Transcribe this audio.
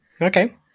Okay